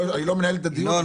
אני לא מנהל את הדיון --- ינון,